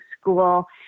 school